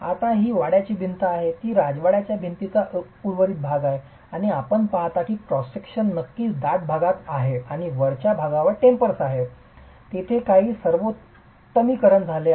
आता ही वाड्याची भिंत आहे ती राजवाड्याच्या भिंतीचा उर्वरित भाग आहे आणि आपण पाहता की क्रॉस सेक्शन नक्कीच दाट भागात दाट आहे आणि वरच्या भागावर टेपर्स आहे तेथे काही सर्वोत्तमीकरण झाले आहे